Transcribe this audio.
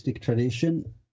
tradition